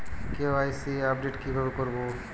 KYC update কিভাবে করবো?